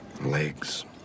Legs